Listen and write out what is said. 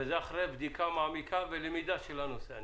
אני מקווה שזה אחרי בדיקה מעמיקה ולמידה של הנושא.